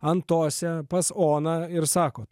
antosę pas oną ir sakot